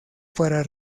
para